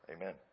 Amen